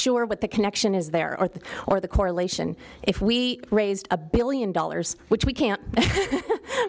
sure what the connection is there are or the correlation if we raised a billion dollars which we can't